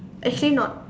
actually not